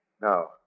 No